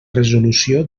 resolució